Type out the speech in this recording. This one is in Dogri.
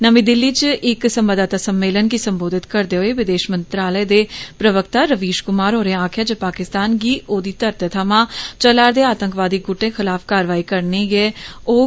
नमीं दिल्ली च इक संवाददाता सम्मेलन गी सम्बोधित करदे होई विदेश मंत्रालय दे प्रवक्ता रवीश कुमार होरें आखेआ जे पाकिस्तान गी ओदी घरतै थमां चला रदे आतंकवादी गुटें खलाफ कारवाई करनी गे होग